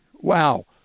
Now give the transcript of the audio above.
Wow